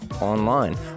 online